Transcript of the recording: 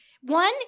One